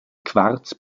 quarz